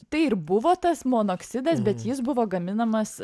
tai ir buvo tas monoksidas bet jis buvo gaminamas